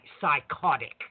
psychotic